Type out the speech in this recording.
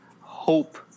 hope